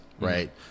Right